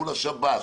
מול השב"ס,